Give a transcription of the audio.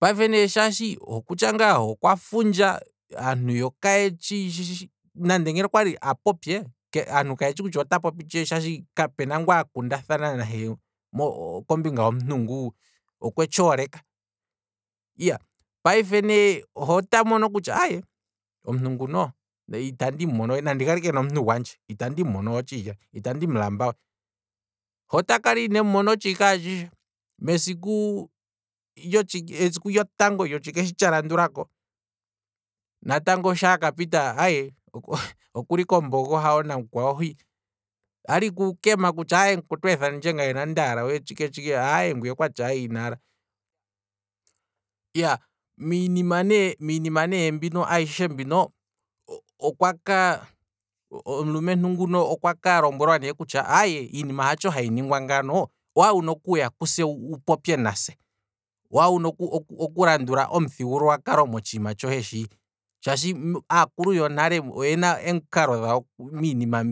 Payife okutya ngaa he okwa fundja, nande ngeno okwali a popye, aantu ka yetshi kutya ota popi tshe, shaashi kapuna nguu akundathana nahe kombinga homuntu nguu, okwe tshi oleka, payife he ota mono kutya ne, omuntu nguno itandi mumono. nandi kale ike nomuntu gwandje, itandi muno we otshili aye, itandi mu lamba, he otakala inemu mona esiku alishe, otshiike tshotango esiku lyotango lyotshiike tsha landulako natango sho aka pita okuli kombogo hawo namukwawo hwii, ali kukema kutya mukwetu ethandje ina ndaala we tshike tshike aye ngwiya okwati aaye inaala, iyaa, miinima ne ayishe mbino, okwaka, omulumentu nguno okwaka lombwelwa ne kutya aye iinima hatsho hayi ningwa ngano, owali wuna okuya kuse wu popye nase, owali wuna okulandula omuthigululwa kalo motshiima tshohe shi, shaashi aakulu yonale oyena em'kalo dhawo miinima